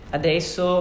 adesso